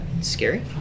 Scary